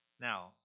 Now